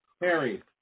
Harry